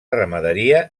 ramaderia